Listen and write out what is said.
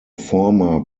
former